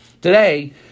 Today